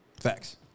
Facts